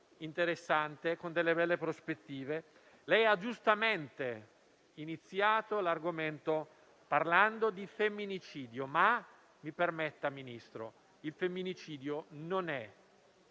interessante e con delle belle prospettive. Lei ha giustamente iniziato l'argomento parlando di femminicidio, ma mi permetta di dirle, Ministro, che il femminicidio non è